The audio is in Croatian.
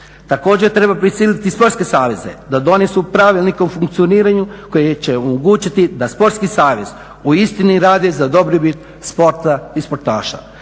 Također treba prisiliti i sportske saveze da donesu pravilnik o funkcioniranju koji će omogućiti da sportski savez uistinu radi za dobrobit sporta i sportaša.